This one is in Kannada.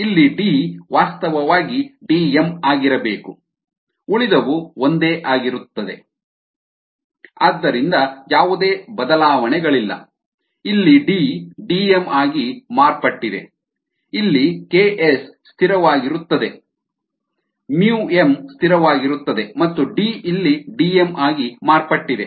ಇಲ್ಲಿ D ವಾಸ್ತವವಾಗಿ Dm ಆಗಿರಬೇಕು ಉಳಿದವು ಒಂದೇ ಆಗಿರುತ್ತವೆ xmYxSSi DmKSm Dm ಆದ್ದರಿಂದ ಯಾವುದೇ ಬದಲಾವಣೆಗಳಿಲ್ಲ ಇಲ್ಲಿ D Dm ಆಗಿ ಮಾರ್ಪಟ್ಟಿದೆ ಇಲ್ಲಿ Ks ಸ್ಥಿರವಾಗಿರುತ್ತದೆ m ಸ್ಥಿರವಾಗಿರುತ್ತದೆ ಮತ್ತು D ಇಲ್ಲಿ Dm ಆಗಿ ಮಾರ್ಪಟ್ಟಿದೆ